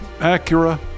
Acura